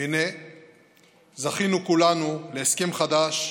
והינה זכינו כולנו להסכם חדש,